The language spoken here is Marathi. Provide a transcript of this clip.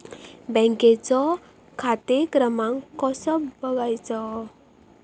बँकेचो खाते क्रमांक कसो बगायचो?